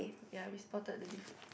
so ya we spotted the difference